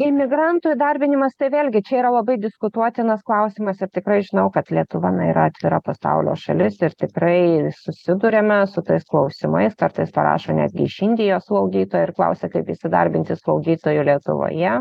imigrantų įdarbinimas tai vėlgi čia yra labai diskutuotinas klausimas ir tikrai žinau kad lietuva na yra atvira pasaulio šalis ir tikrai susiduriame su tais klausimais kartais parašo netgi iš indijos slaugytojai ir klausia kaip įsidarbinti slaugytoju lietuvoje